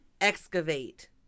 excavate